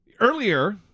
Earlier